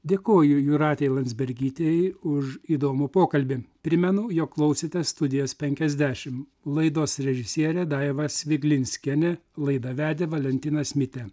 dėkoju jūratei landsbergytei už įdomų pokalbį primenu jog klausėte studijos penkiasdešim laidos režisierė daiva sviglinskienė laidą vedė valentinas mitė